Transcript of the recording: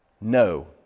No